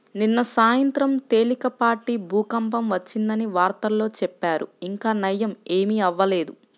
నిన్న సాయంత్రం తేలికపాటి భూకంపం వచ్చిందని వార్తల్లో చెప్పారు, ఇంకా నయ్యం ఏమీ అవ్వలేదు